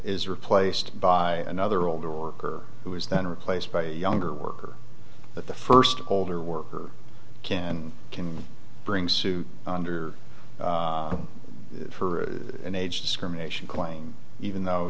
is replaced by another older worker who is then replaced by a younger worker but the first older worker can and can bring suit under an age discrimination claim even though